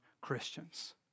Christians